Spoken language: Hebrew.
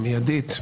המידית,